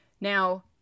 Now